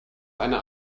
eine